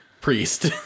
priest